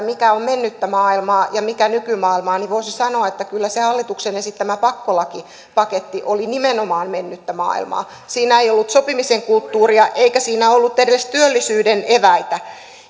mikä on mennyttä maailmaa ja mikä nykymaailmaa niin voisi sanoa että kyllä se hallituksen esittämä pakkolakipaketti oli nimenomaan mennyttä maailmaa siinä ei ollut sopimisen kulttuuria eikä siinä ollut edes työllisyyden eväitä